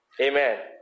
Amen